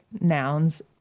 nouns